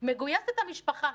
מגויסת המשפחה: